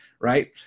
right